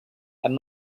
and